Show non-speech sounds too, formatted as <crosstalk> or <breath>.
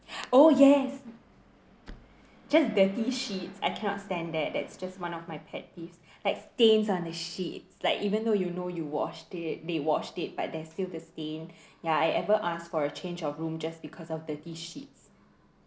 <breath> oh yes just dirty sheets I cannot stand that that's just one of my pet peeves like stains on the sheet like even though you know you washed it they washed it but there's still the stain ya I ever ask for a change of room just because of dirty sheets